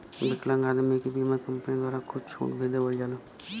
विकलांग आदमी के बीमा कम्पनी द्वारा कुछ छूट भी देवल जाला